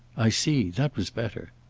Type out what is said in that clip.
i see. that was better.